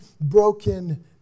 broken